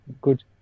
good